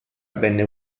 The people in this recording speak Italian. venne